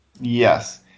Yes